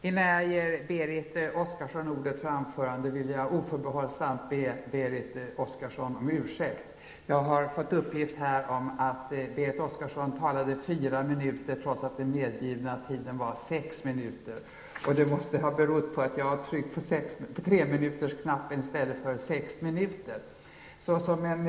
Innan jag ger Berit Oscarsson ordet för anförande vill jag oförbehållsamt be Berit Oscarsson om ursäkt. Jag har fått uppgift om att Berit Oscarsson talade fyra minuter trots att den medgivna tiden var sex minuter. Det måste ha berott på att jag tryckte på treminutersknappen i stället för sexminutersknappen.